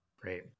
Great